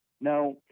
Now